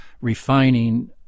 refining